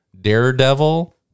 Daredevil